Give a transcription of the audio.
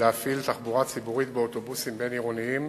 להפעיל תחבורה ציבורית באוטובוסים בין-עירוניים